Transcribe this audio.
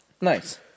Nice